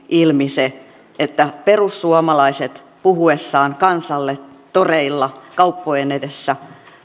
ilmi se että perussuomalaiset puhuessaan kansalle toreilla kauppojen edessä